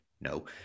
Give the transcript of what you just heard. No